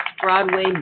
Broadway